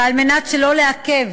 ועל מנת שלא לעכב